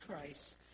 Christ